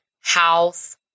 house